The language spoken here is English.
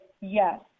yes